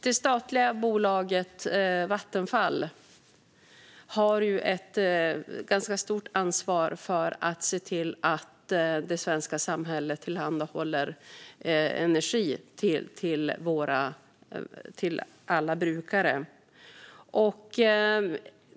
Det statliga bolaget Vattenfall har ju ett ganska stort ansvar för att se till att det svenska samhället tillhandahåller energi till alla brukare.